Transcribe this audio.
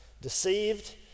deceived